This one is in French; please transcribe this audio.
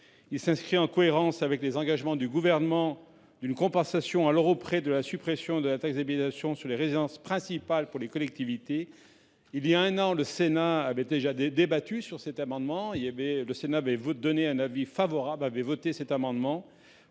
Il est cohérent avec les engagements du Gouvernement d’une compensation à l’euro près de la suppression de la taxe d’habitation sur les résidences principales pour les collectivités. Il y a un an, le Sénat avait déjà débattu de cet amendement, qui avait reçu un avis favorable et avait été voté. Le Gouvernement